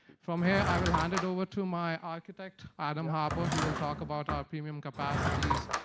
from here, i will hand it over to my architect, adam harper. he will talk about our premium capacities,